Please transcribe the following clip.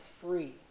free